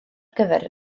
gyfer